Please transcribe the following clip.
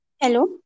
Hello